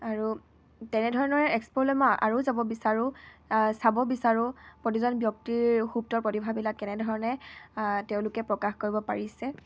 আৰু তেনেধৰণৰ এক্সপ'লৈ মই আৰু যাব বিচাৰো চাব বিচাৰো প্ৰতিজন ব্যক্তিৰ সুপ্তৰ প্ৰতিভাবিলাক কেনেধৰণে তেওঁলোকে প্ৰকাশ কৰিব পাৰিছে